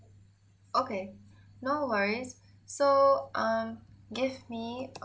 okay no worries so um give me